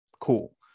Cool